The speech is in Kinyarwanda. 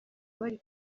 bari